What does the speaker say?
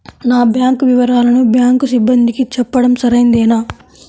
నా బ్యాంకు వివరాలను బ్యాంకు సిబ్బందికి చెప్పడం సరైందేనా?